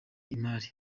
imali